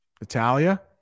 Natalia